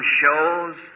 shows